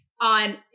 On